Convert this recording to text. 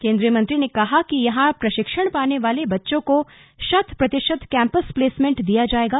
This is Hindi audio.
केंद्रीय मंत्री ने कहा कि यहां प्रशिक्षण पाने वाले बच्चों को शत प्रतिशत कैम्पस प्लेसमेंट दिया जाएगा